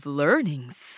learnings